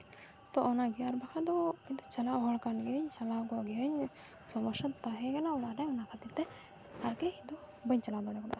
ᱛᱚ ᱚᱱᱟᱜᱮ ᱟᱨ ᱵᱟᱠᱷᱟᱡ ᱫᱚ ᱤᱧᱫᱚ ᱪᱟᱞᱟᱜ ᱦᱚᱲ ᱠᱟᱱ ᱜᱤᱭᱟᱹᱧ ᱪᱟᱞᱟᱣ ᱠᱚᱜ ᱜᱤᱭᱟᱹᱧ ᱥᱚᱢᱚᱥᱥᱟ ᱛᱟᱦᱮᱸ ᱠᱟᱱ ᱚᱱᱟᱛᱮ ᱚᱱᱟ ᱠᱷᱟᱹᱛᱤᱨᱛᱮ ᱟᱨᱠᱤ ᱤᱧᱫᱚ ᱵᱟᱹᱧ ᱪᱟᱞᱟᱣ ᱫᱟᱲᱮᱭᱟᱫᱟ